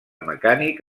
mecànic